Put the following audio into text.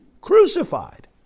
Crucified